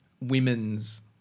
women's